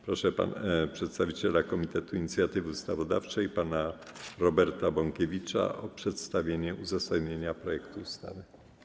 Proszę przedstawiciela Komitetu Inicjatywy Ustawodawczej pana Roberta Bąkiewicza o przedstawienie uzasadnienia projektu ustawy.